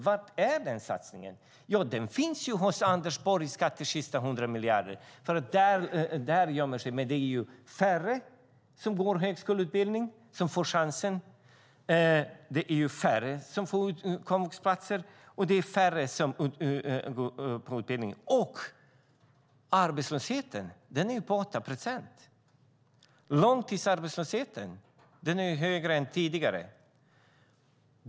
Var är den satsningen? Den finns i Anders Borgs skattkista, 100 miljarder. Där gömmer den sig. Det är färre som går högskoleutbildning och som får chansen. Det är färre som får komvuxplats, och det är färre som får utbildning. Arbetslösheten är på 8 procent, och långtidsarbetslösheten är högre än tidigare.